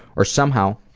or somehow,